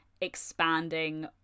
expanding